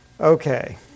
Okay